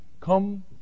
come